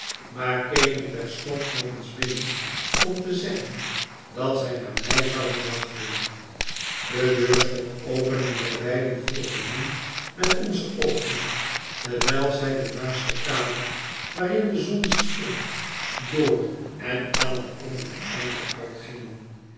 maar keken terstond nog eens binnen om te zeggen dat zij naar mij zouden wachten de deur stond open en wij beiden volgden hen met onze oogen terwijl zij de naaste kamer waarin de zon scheen door en aan het andere einde uitgingen